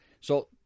So-